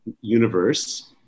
universe